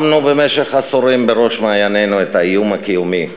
שמנו במשך עשורים בראש מעיינינו את האיום הקיומי,